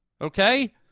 Okay